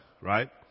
Right